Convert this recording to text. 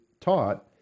taught